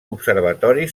observatori